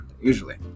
Usually